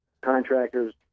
contractors